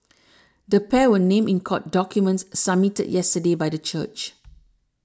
the pair were named in court documents submitted yesterday by the church